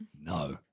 No